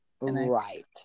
Right